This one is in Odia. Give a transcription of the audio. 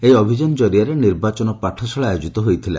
ଏହି ଅଭିଯାନ ଜରିଆରେ ନିର୍ବାଚନ ପାଠଶାଳା ଆୟୋଜିତ ହୋଇଥିଲା